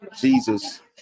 Jesus